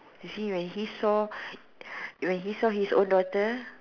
you see when he saw when he saw his own daughter